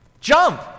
Jump